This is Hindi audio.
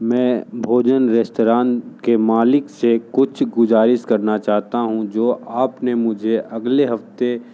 मैं भोजन रेस्तरां के मालिक से कुछ गुजारिश करना चाहता हूँ जो आपने मुझे अगले हफ्ते